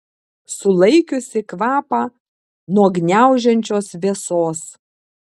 sulaikiusi kvapą nuo gniaužiančios vėsos